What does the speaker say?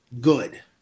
good